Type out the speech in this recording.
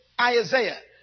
Isaiah